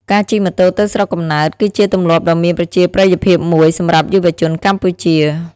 ការជិះម៉ូតូទៅស្រុកកំណើត គឺជាទម្លាប់ដ៏មានប្រជាប្រិយភាពមួយសម្រាប់យុវជនកម្ពុជា។